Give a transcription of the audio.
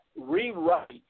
Rewrite